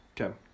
Okay